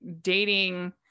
dating